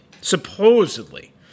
supposedly